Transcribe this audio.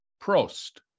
Prost